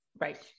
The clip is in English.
right